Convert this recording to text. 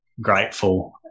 grateful